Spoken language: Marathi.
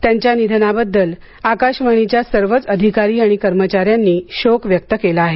त्यांच्या निधनाबद्दल आकाशवाणीच्या सर्वच अधिकारी कर्मचाऱ्यांनी शोक व्यक्त केला आहे